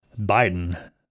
Biden